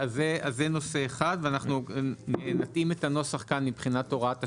אז זה נושא אחד ואנחנו נתאים את הנוסח כאן מבחינת הוראת השעה.